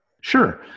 Sure